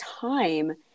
time